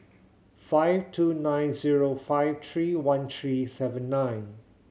five two nine zero five three one three seven nine